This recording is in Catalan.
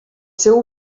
seu